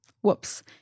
Whoops